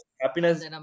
happiness